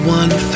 one